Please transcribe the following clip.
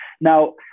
Now